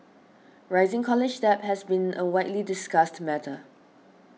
rising college debt has been a widely discussed matter